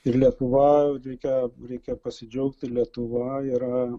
ir lietuva reikia reikia pasidžiaugti ir lietuva yra